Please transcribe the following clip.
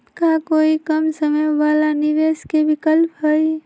का कोई कम समय वाला निवेस के विकल्प हई?